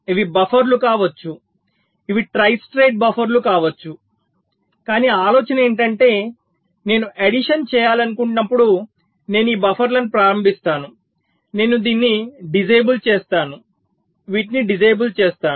ఇవి బఫర్లు కావచ్చు ఇవి ట్రై స్టేట్ బఫర్లు కావచ్చు కానీ ఆలోచన ఏమిటంటే నేను ఎడిషన్ చేయాలనుకున్నప్పుడు నేను ఈ బఫర్లను ప్రారంభిస్తాను నేను దీన్ని డిసేబుల్ చేస్తాను వీటిని డిసేబుల్ చేస్తాను